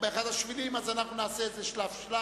באחד השלבים, אז אנחנו נעשה את זה שלב-שלב.